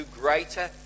greater